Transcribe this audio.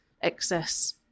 excess